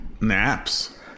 Naps